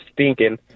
stinking